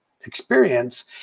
experience